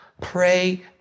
pray